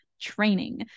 training